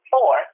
Four